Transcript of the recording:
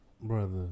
brother